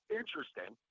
interesting